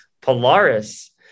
Polaris